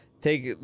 Take